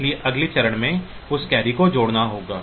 इसलिए अगले चरण में उस कैरी को जोड़ना होगा